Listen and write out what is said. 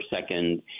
second